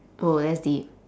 oh that's deep